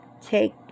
Take